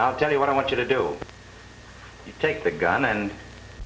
i'll tell you what i want you to do take the gun and